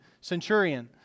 centurion